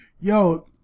yo